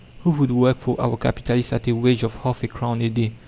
who would work for our capitalist at a wage of half a crown a day,